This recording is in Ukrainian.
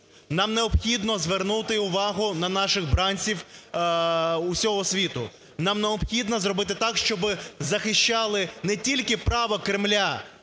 Нам необхідно звернути увагу на наших бранців усього світу, нам необхідно зробити так, щоби захищали не тільки право Кремля